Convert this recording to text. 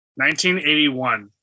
1981